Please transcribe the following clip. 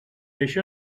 això